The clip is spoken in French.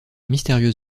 mystérieux